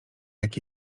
jak